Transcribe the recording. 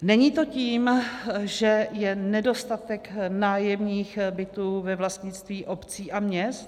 Není to tím, že je nedostatek nájemních bytů ve vlastnictví obcí a měst?